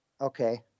okay